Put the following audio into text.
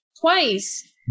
Twice